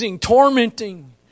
tormenting